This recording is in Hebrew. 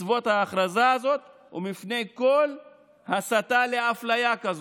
מצוות ההכרזה הזאת ומפני כל הסתה לאפליה כזו".